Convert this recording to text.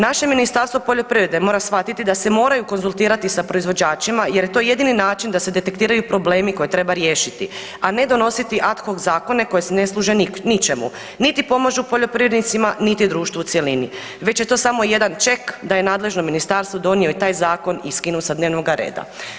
Naše Ministarstvo poljoprivrede mora shvatiti da se moraju konzultirati sa proizvođačima jer je to jedini način da se detektiraju problemi koje treba riješiti, a ne donositi ad hoc zakone koji ne služe ničemu, niti pomažu poljoprivrednicima niti društvu u cjelini, već je to samo jedan ček da je nadležno ministarstvo donio i taj zakon i skinuo sa dnevnoga reda.